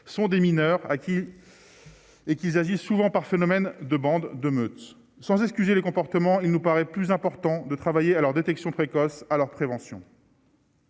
sont des mineurs à qui et qu'ils agissent souvent par phénomène de bandes de meute sans excuser les comportements, il nous paraît plus important de travailler à leur détection précoce à leur prévention.